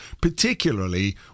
particularly